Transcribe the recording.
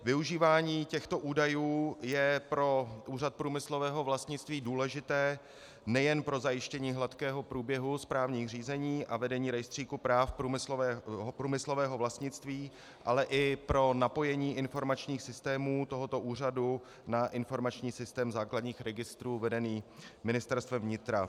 Využívání těchto údajů je pro Úřad průmyslového vlastnictví důležité nejen pro zajištění hladkého průběhu správních řízení a vedení rejstříku práv průmyslového vlastnictví, ale i pro napojení informačních systémů tohoto úřadu na informační systém základních registrů vedený Ministerstvem vnitra.